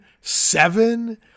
Seven